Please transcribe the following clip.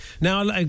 Now